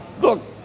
look